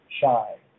shy